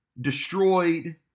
destroyed